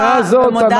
כך שמהבחינה הזאת אנחנו,